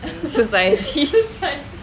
society